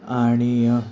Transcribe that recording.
आणि